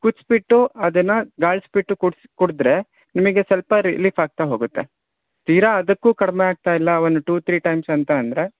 ಕುದಿಸಿಬಿಟ್ಟು ಅದನ್ನು ಗಾಳಿಸಿಬಿಟ್ಟು ಕುಡ್ಸ್ ಕುಡಿದರೆ ನಿಮಗೆ ಸ್ವಲ್ಪ ರಿಲೀಫ್ ಆಗ್ತಾ ಹೋಗುತ್ತೆ ತೀರಾ ಅದಕ್ಕೂ ಕಡಿಮೆ ಆಗ್ತಾ ಇಲ್ಲ ಒಂದು ಟು ತ್ರಿ ಟೈಮ್ಸ್ ಅಂತ ಅಂದರೆ